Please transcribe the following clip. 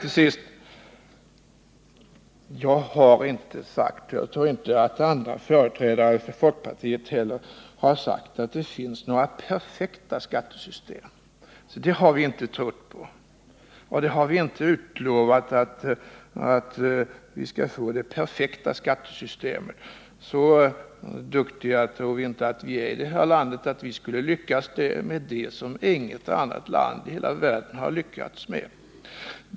Till sist: Jag har inte sagt — och det tror jag inte heller att andra företrädare för folkpartiet har gjort — att det finns några perfekta skattesystem. Något sådant har vi inte trott, och det har vi inte heller utlovat. Så duktiga tror vi inte att vi är i det här landet, att vi skulle lyckas med någonting som inget annat land i hela världen har lyckats med.